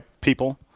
people